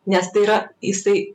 nes tai yra jisai